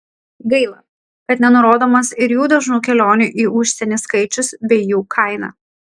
gaila kad nenurodomas ir jų dažnų kelionių į užsienį skaičius bei jų kaina